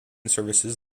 services